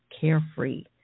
carefree